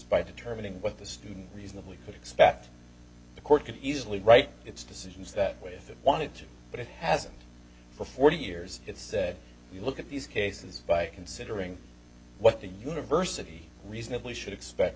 by determining what the student reasonably could expect the court could easily write its decisions that way if it wanted to but it hasn't for forty years it said you look at these cases by considering what the university reasonably should expect